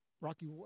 Rocky